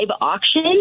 auction